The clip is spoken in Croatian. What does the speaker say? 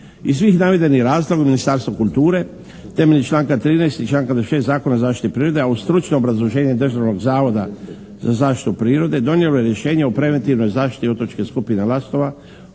Iz svih navedenih razloga Ministarstvo kulture temeljem članka 13. i članka 96. Zakona o zaštiti prirode a uz stručno obrazloženje Dežurnog zavoda za zaštitu prirode donijelo je rješenje o preventivnoj zaštiti otočke skupine Lastova